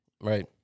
Right